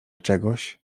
czegoś